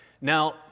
Now